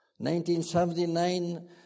1979